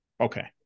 Okay